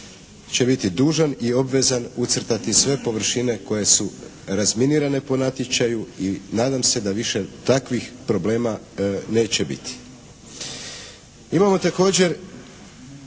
će biti dužan i obvezan ucrtati sve površine koje su razminirane po natječaju i nadam se da više takvih problema neće biti. Imamo također